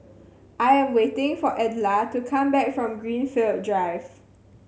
I am waiting for Edla to come back from Greenfield Drive